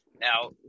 Now